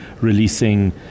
releasing